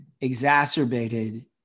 exacerbated